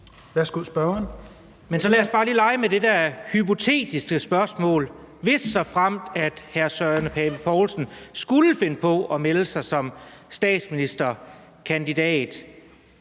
Anders Kronborg (S) : Så lad os bare lige lege med det der hypotetiske spørgsmål: Hvis og såfremt hr. Søren Pape Poulsen skulle finde på at melde sig som statsministerkandidat,